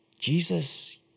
Jesus